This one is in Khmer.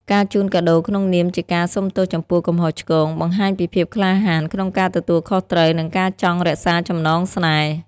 ការជូនកាដូក្នុងនាមជាការសុំទោសចំពោះកំហុសឆ្គង បង្ហាញពីភាពក្លាហានក្នុងការទទួលខុសត្រូវ និងការចង់រក្សាចំណងស្នេហ៍។